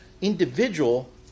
individual